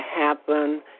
happen